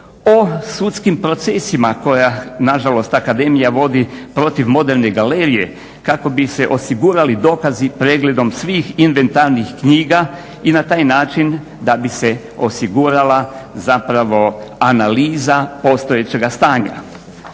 o sudskim procesima koja nažalost akademija vodi protiv Moderne galerije kako bi se osigurali dokazi pregledom svih invetanih knjiga i na taj način da bi se osigurala zapravo analiza postojećeg stanja.